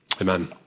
Amen